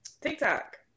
TikTok